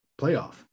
playoff